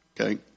Okay